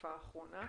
בתקופה האחרונה.